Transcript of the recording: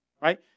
right